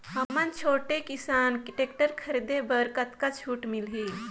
हमन छोटे किसान टेक्टर खरीदे बर कतका छूट मिलही?